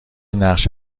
نقش